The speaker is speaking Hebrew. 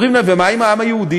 כשאומרים להם: ומה עם העם היהודי?